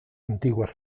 antiguas